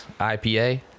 IPA